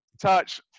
touch